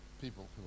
people